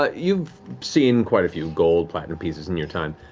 ah you've seen quite a few gold, platinum pieces in your time.